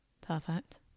perfect